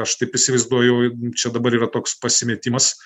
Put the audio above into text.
aš taip įsivaizduoju čia dabar yra toks pasimetimas